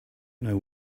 know